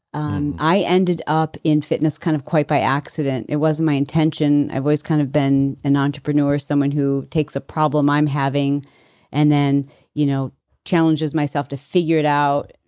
um i ended up in fitness kind of quite by accident. it wasn't my intention. i've always kind of been an entrepreneur, someone who takes a problem i'm having and then you know challenges myself to figure it out.